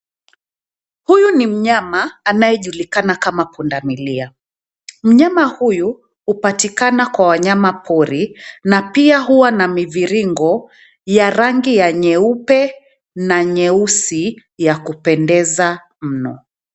Huyu ni mnyama anayejulikana kama pundamilia. Munyama huyu hupatikana kwa wanyama pori na pia huwa na miviringo ya rangi ya nyeupe na nyeusi ya kupendeza mno.